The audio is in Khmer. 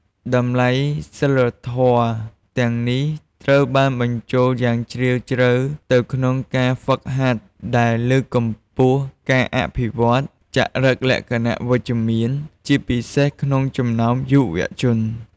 តម្លៃសីលធម៌ទាំងនេះត្រូវបានបញ្ចូលយ៉ាងជ្រាលជ្រៅទៅក្នុងការហ្វឹកហាត់ ដែលលើកកម្ពស់ការអភិវឌ្ឍន៍ចរិតលក្ខណៈវិជ្ជមាន ជាពិសេសក្នុងចំណោមយុវជន។